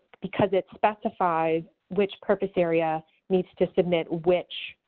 because it specifies which purpose area needs to submit which